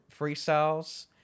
freestyles